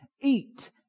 eat